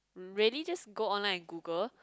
really just go online and Google